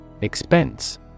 Expense